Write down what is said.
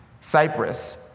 Cyprus